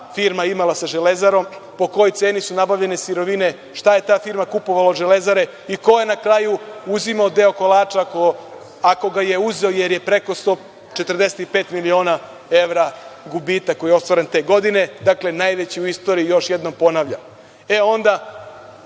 firma imala sa „Železarom“, po kojoj ceni su nabavljene sirovine, šta je ta firma kupovala od „Železare“ i ko je na kraju uzimao deo kolača, ako ga je uzeo, jer je preko 145 miliona evra gubitak koji je ostvaren te godine, dakle, najveći u istoriji, još jednom ponavljam. Onda,